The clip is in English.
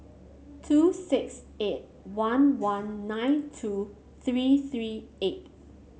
two six eight one one nine two three three eight